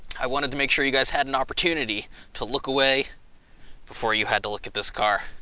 i wanted to make sure you guys had an opportunity to look away before you had to look at this car.